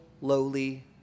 lowly